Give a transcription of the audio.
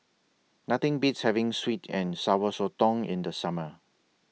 Nothing Beats having Sweet and Sour Sotong in The Summer